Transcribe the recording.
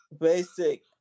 basic